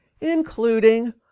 including